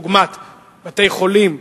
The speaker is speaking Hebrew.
דוגמת בתי-חולים,